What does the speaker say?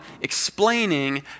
explaining